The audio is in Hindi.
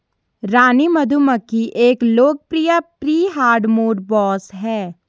रानी मधुमक्खी एक लोकप्रिय प्री हार्डमोड बॉस है